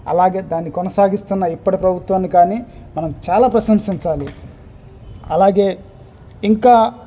అలాగే దాన్ని కొనసాగిస్తున్న ఇప్పటి ప్రభుత్వాన్ని కానీ మనం చాలా ప్రశంసించాలి అలాగే ఇంకా